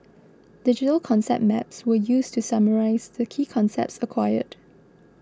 digital concept maps were used to summarise the key concepts acquired